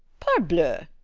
parbleu!